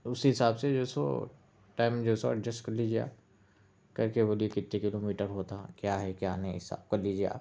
اسی حساب سے جو سو ٹائم جو سو ایڈجسٹ کر لیجئے آپ کر کے بولیے کتنے کلو میٹر ہوتا کیا ہے کیا نہیں صاف کر لیجیے آپ